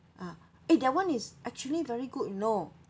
ah eh that one is actually very good you know